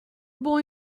boy